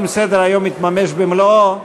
אם סדר-היום יתממש במלואו,